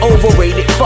Overrated